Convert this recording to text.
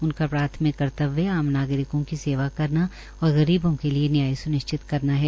उनका प्राथमिक कर्तव्य आम नागरिकों की सेवा करना और गरीबों के लिए न्याय स्निश्चित करना है